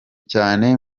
cyane